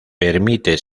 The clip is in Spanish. permite